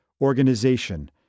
organization